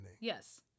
Yes